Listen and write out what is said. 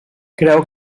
creu